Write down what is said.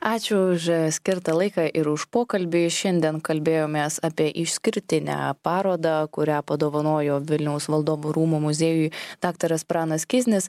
ačiū už skirtą laiką ir už pokalbį šiandien kalbėjomės apie išskirtinę parodą kurią padovanojo vilniaus valdovų rūmų muziejui daktaras pranas kiznis